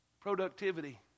Productivity